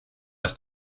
ist